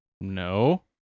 No